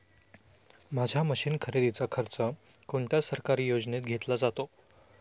माझ्या मशीन खरेदीचा खर्च कोणत्या सरकारी योजनेत घेतला जातो?